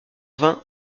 vingt